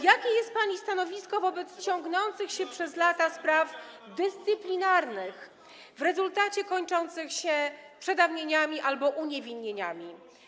Jakie jest pani stanowisko wobec ciągnących się przez lata spraw dyscyplinarnych, w rezultacie kończących się przedawnieniami albo uniewinnieniami?